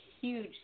huge